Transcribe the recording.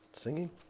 singing